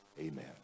amen